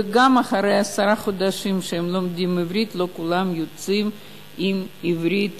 וגם אחרי עשרה חודשים שהם לומדים עברית לא כולם יוצאים עם עברית